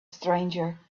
stranger